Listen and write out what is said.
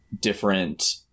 different